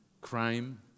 Crime